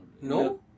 No